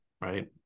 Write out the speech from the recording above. right